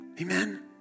Amen